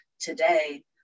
today